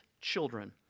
children